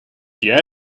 jij